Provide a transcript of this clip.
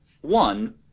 One